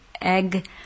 egg